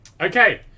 Okay